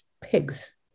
pigs